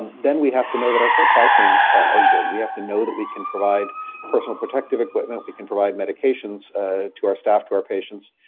um then we have to know that our supply chains are good. we have to know that we can provide personal protective equipment, we can provide medications to our staff, to our patients.